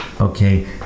Okay